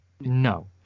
no